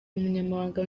umunyamabanga